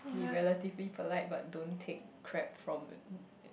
be relatively polite but don't take crap from uh